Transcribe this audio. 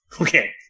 Okay